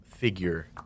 Figure